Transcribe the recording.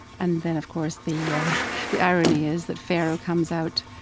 and then of course, the yeah the irony is that pharaoh comes out,